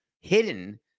hidden